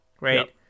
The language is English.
Right